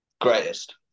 Greatest